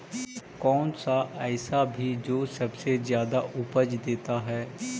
कौन सा ऐसा भी जो सबसे ज्यादा उपज देता है?